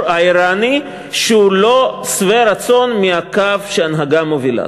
האיראני שהוא לא שבע רצון מהקו שההנהגה מובילה.